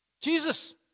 Jesus